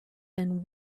than